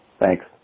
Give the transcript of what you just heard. thanks